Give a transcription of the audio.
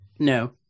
No